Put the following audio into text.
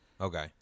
Okay